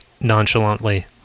nonchalantly